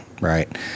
right